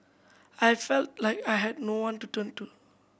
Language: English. I felt like I had no one to turn to